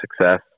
success